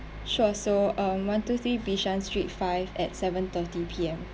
sure so um one two three bishan street five at seven thirty P_M